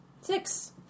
Six